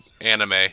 anime